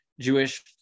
Jewish